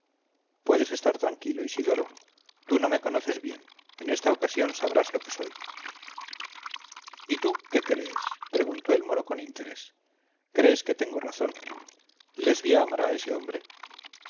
puedes estar tranquilo isidoro tú no me conoces bien en esta ocasión sabrás lo que soy y tú qué crees preguntó el moro con interés crees que tengo razón lesbia amará a ese hombre